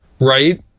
Right